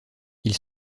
ils